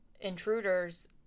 intruders